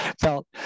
felt